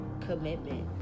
commitment